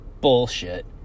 bullshit